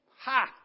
Ha